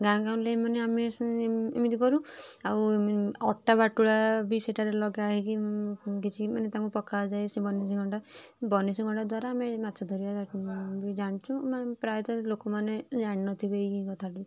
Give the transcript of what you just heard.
ଗାଁ ଗାଉଁଲିମାନେ ଆମେ ଏମିତି କରୁ ଆଉ ଅଟା ବାଟୁଳା ବି ସେଠାରେ ଲଗା ହେଇକି କିଛି ମାନେ ତାଙ୍କୁ ପକାଯାଏ ସେ ବଂନଶୀ କଣ୍ଟା ବଂନଶୀ କଣ୍ଟା ଦ୍ୱାରା ଆମେ ମାଛ ଧରିବା ଜାଣିଛୁ ଆମେ ପ୍ରାୟତଃ ଲୋକମାନେ ଜାଣି ନ ଥିବେ ଏଇ କଥାଟି